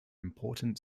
important